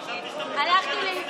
הלכתי לאיבוד,